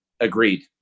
Agreed